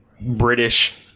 British